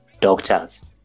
doctors